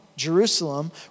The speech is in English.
Jerusalem